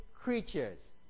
creatures